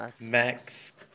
Max